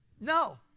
No